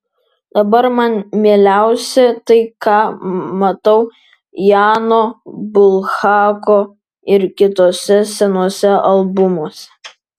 dabar man mieliausia tai ką matau jano bulhako ir kituose senuose albumuose